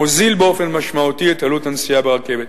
המוזיל באופן משמעותי את עלות הנסיעה ברכבת.